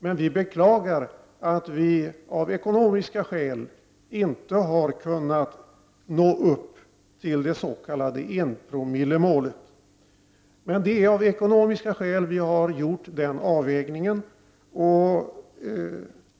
Men vi beklagar att vi av ekonomiska skäl inte har kunnat nå upp till det s.k. enpromillesmålet. Det är av ekonomiska skäl som utskottet har gjort den avvägningen.